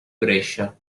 brescia